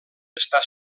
està